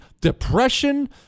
depression